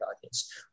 audience